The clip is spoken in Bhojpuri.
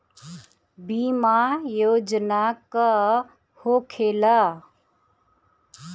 बीमा योजना का होखे ला?